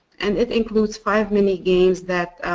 and it includes five mini games that